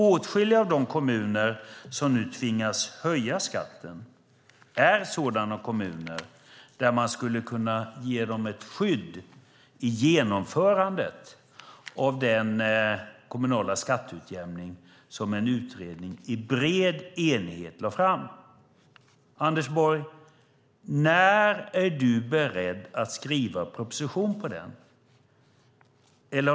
Åtskilliga av de kommuner som nu tvingas höja skatten är sådana kommuner som man skulle kunna ge ett skydd i genomförandet av den kommunala skatteutjämning som en utredning i bred enighet lade fram. Anders Borg! När är du beredd att skriva en proposition med den som grund?